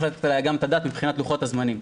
לתת עליה גם את הדעת מבחינת לוחות הזמנים.